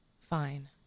Fine